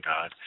God